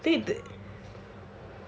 they do